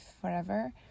forever